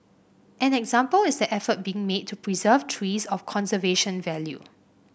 an example is the effort being made to preserve trees of conservation value